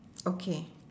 okay